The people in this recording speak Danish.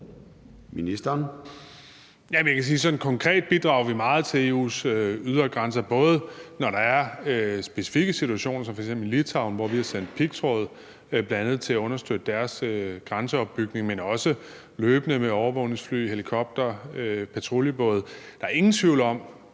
konkret bidrager meget til EU's ydre grænser, både når der er specifikke situationer som f.eks. Litauen, hvor vi har sendt pigtråd til bl.a. at understøtte deres grænseopbygning, men også løbende med overvågningsfly, helikoptere og patruljebåde. Der er ingen tvivl om,